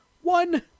one